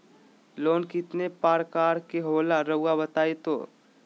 Loan कितने पारकर के होला रऊआ बताई तो?